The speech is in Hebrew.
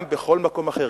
גם בכל מקום אחר,